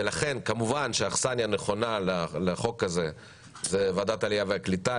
ולכן כמובן שהאכסניה הנכונה לחוק הזה זו ועדת העלייה והקליטה.